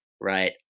right